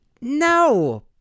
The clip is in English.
no